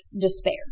despair